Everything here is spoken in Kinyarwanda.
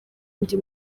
ndi